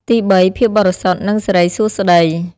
ទីបី ភាពបរិសុទ្ធ និងសិរីសួស្តី